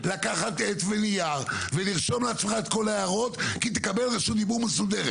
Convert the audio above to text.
לקחת עט ונייר ולרשום את כל ההערות כי תקבל רשות דיבור מסודרת.